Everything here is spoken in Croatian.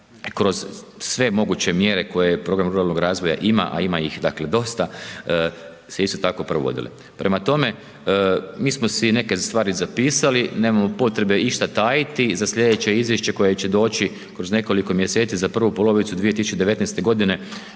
kroz sve moguće mjere koje program ruralnog ima, a ima ih, dakle, dosta, svi su tako provodili. Prema tome, mi smo si neke stvari zapisali, nemamo potrebe išta tajiti, za slijedeće izvješće koje će doći kroz nekoliko mjeseci, za prvu polovicu 2019.g.